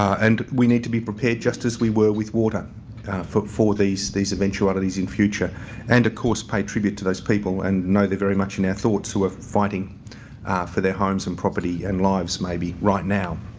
and we need to be prepared just as we were with water for for these these eventualities in future and, of course, pay tribute to those people and know they're very much in our thoughts who are fighting for their homes and property and lives maybe right now.